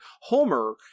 Homer